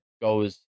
goes